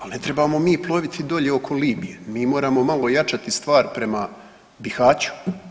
Al ne trebamo mi ploviti dolje oko Libije, mi moramo malo jačati stvar prema Bihaću.